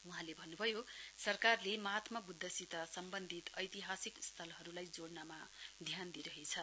वहाँले भन्नुभयो सरकारले महात्मा बुद्धसित सम्बन्धित ऐतिहासिक स्थलहरूलाई जोड्नमा ध्यान दिइरहेछ